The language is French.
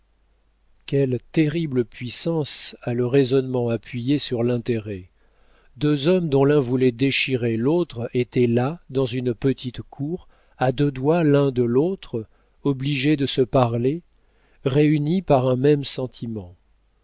quelle terrible puissance a le raisonnement appuyé sur l'intérêt deux hommes dont l'un voulait déchirer l'autre étaient là dans une petite cour à deux doigts l'un de l'autre obligés de se parler réunis par un même sentiment